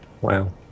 Wow